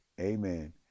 amen